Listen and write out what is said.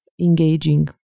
engaging